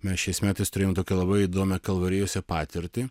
mes šiais metais turėjom tokią labai įdomią kalvarijose patirtį